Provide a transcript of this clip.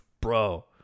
bro